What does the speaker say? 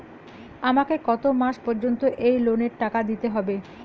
আমাকে কত মাস পর্যন্ত এই লোনের টাকা দিতে হবে?